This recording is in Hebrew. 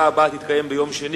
אם הייתי,